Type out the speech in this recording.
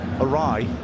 awry